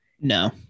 No